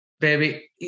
baby